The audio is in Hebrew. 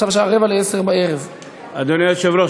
השעה עכשיו 22:00. אדוני היושב-ראש,